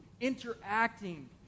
interacting